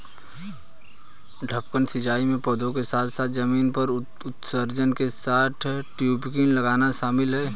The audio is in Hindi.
टपकन सिंचाई में पौधों के साथ साथ जमीन पर उत्सर्जक के साथ टयूबिंग लगाना शामिल है